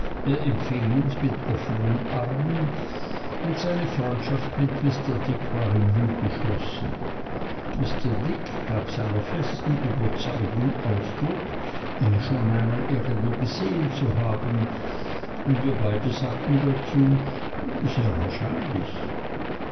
uns mit offenen armen und seine freundschaft mit mr dick war im nu geschlossen mr dick gab seiner festen überzeugung ausdruck ihn schon einmal irgendwo gesehen zu haben und wir beide sagten dazu sehr wahrscheinlich